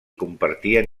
compartien